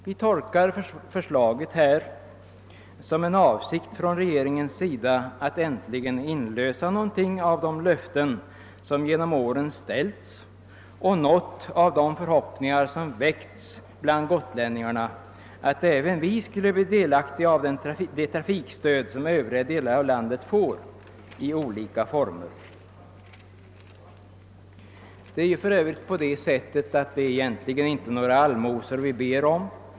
Vi tolkar förslaget som en avsikt från regeringens sida att äntligen inlösa några av de löften som genom åren har ställts och några av de förhoppningar som väckts bland gotlänningarna att även de skulle bli delaktiga av det trafikstöd som övriga delar av landet får i olika former. Det är egentligen inte några allmosor vi ber om.